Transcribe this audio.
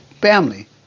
family